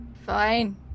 Fine